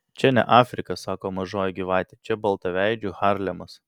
čia ne afrika sako mažoji gyvatė čia baltaveidžių harlemas